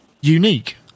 unique